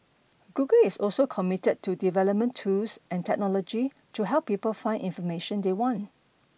Google is also committed to development tools and technology to help people find information they want